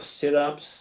sit-ups